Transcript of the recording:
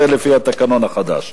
זה לפי התקנון החדש.